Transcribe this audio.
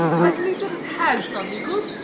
i believe that it has done me good,